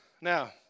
Now